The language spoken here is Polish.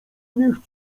niech